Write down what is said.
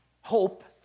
hope